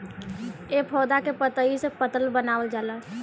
ए पौधा के पतइ से पतल बनावल जाला